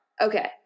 Okay